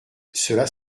cela